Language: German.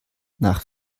nach